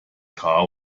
car